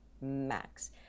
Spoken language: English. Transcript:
max